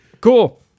Cool